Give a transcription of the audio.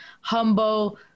humble